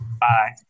Bye